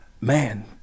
man